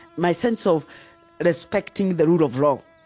my sense of respecting the rule of law,